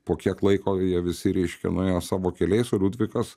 po kiek laiko jie visi reiškia nuėjo savo keliais o liudvikas